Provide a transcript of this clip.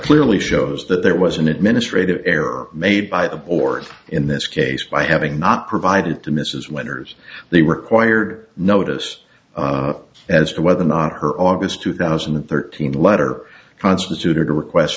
clearly shows that there was an administrative error made by the board in this case by having not provided to mrs winters they required notice as to whether or not her august two thousand and thirteen letter constituted a request